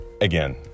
Again